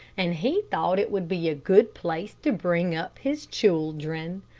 and he thought it would be a good place to bring up his children